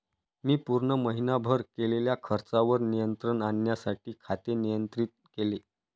मी पूर्ण महीनाभर केलेल्या खर्चावर नियंत्रण आणण्यासाठी खाते नियंत्रित केले